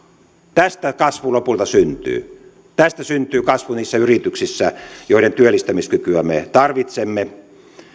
tästä kasvu lopulta syntyy tästä syntyy kasvu niissä yrityksissä joiden työllistämiskykyä me tarvitsemme